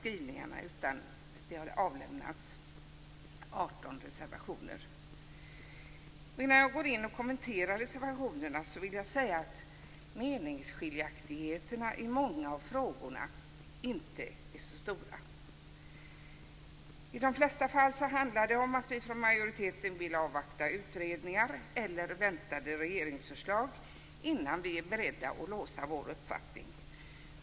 Därför har det avlämnats 18 reservationer. Innan jag kommenterar reservationerna vill jag säga att meningsskiljaktigheterna när det gäller många av frågorna inte är så stora. I de flesta fall handlar det om att vi från majoriteten vill avvakta utredningar eller väntade regeringsförslag innan vi är beredda att låsa vår uppfattning.